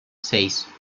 seis